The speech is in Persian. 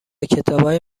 کتابای